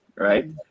right